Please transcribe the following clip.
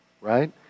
right